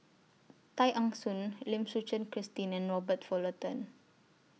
Tay Eng Soon Lim Suchen Christine and Robert Fullerton